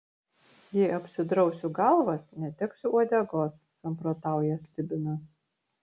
jei apsidrausiu galvas neteksiu uodegos samprotauja slibinas